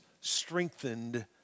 strengthened